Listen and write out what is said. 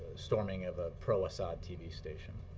storming of a pro-assad tv station.